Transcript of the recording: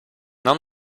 non